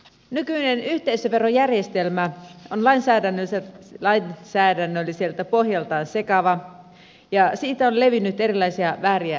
nykyinen yhteisöverojärjestelmä on lainsäädännölliseltä pohjaltaan sekava ja siitä on levinnyt erilaisia vääriä käsityksiä